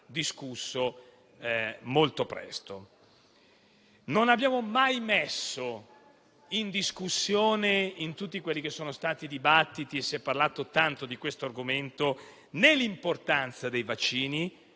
discusso molto presto. Non abbiamo mai messo in discussione, in tutti i dibattiti - e si è parlato tanto di questo argomento - né l'importanza dei vaccini,